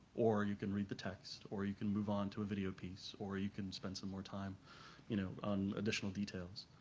or you can read the text, or you can move on to a video piece, or you can spend some more time you know on additional details.